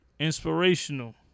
inspirational